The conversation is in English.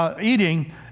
eating